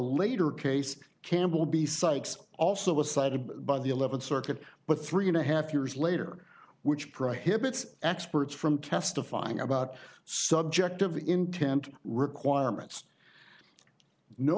later case campbell besides also was cited by the eleventh circuit but three and a half years later which prohibits experts from testifying about subjective the intent requirements no